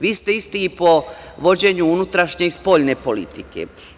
Vi ste isti i po vođenju unutrašnje i spoljne politike.